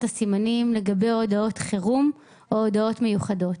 הסימנים לגבי הודעות חירום או הודעות מיוחדות